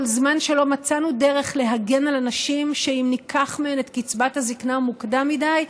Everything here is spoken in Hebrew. כל זמן שלא מצאנו דרך להגן על הנשים שניקח מהן את קצבת הזקנה מוקדם מדי,